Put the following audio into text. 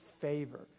favor